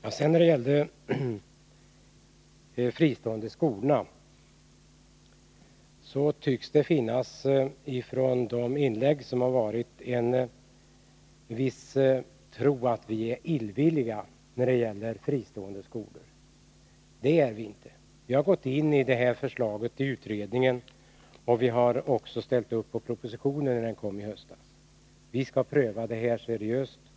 Att döma av de inlägg som här har gjorts tycks det finnas en tro att vi är illvilliga när det gäller fristående skolor. Det är vi inte. Vi har noga gått igenom förslaget i utredningen, och vi ställde oss bakom den proposition som komi höstas. Vi skall pröva frågan seriöst.